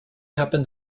happen